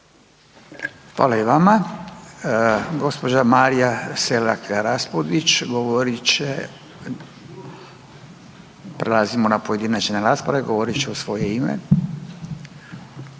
Hvala i vama. Gospođa Marija Selak Raspudić govorit će, prelazimo na pojedinačne rasprave, govorit će u svoje ime